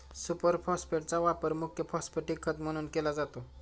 super फॉस्फेटचा वापर मुख्य फॉस्फॅटिक खत म्हणून केला जातो